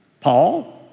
Paul